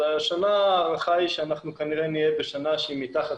השנה ההערכה היא שאנחנו כנראה נהיה בשנה שהיא מתחת